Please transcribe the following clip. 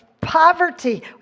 poverty